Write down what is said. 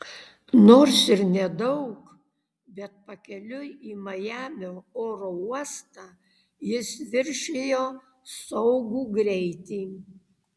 nors ir nedaug bet pakeliui į majamio oro uostą jis viršijo saugų greitį